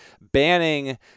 banning